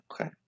Okay